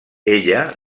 ella